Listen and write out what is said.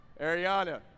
Ariana